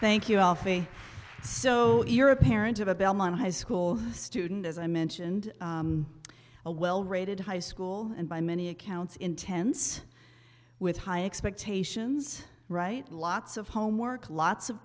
thank you nothing so you're a parent of a bellman high school student as i mentioned a well rated high school and by many accounts intense with high expectations right lots of homework lots of